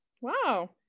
wow